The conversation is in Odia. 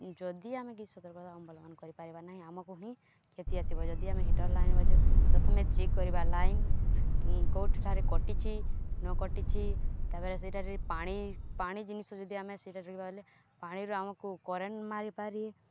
ଯଦି ଆମେ କି ସତର୍କତା ଅବଲମ୍ବନ କରିପାରିବା ନାହିଁ ଆମକୁ ହିଁ କ୍ଷତି ଆସିବ ଯଦି ଆମେ ହିଟର୍ ଲାଇନ୍ ପ୍ରଥମେ ଚେକ୍ କରିବା ଲାଇନ୍ କୋଉଠିଠାରେ କଟିଛି ନ କଟିଛି ତାପରେ ସେଇଠାରେ ପାଣି ପାଣି ଜିନିଷ ଯଦି ଆମେ ସେଇଠାରେ ପାଣିରୁ ଆମକୁ କରେଣ୍ଟ୍ ମାରିପାରି